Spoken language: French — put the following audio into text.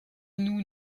nous